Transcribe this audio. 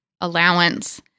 allowance